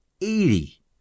eighty